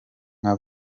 nka